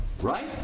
Right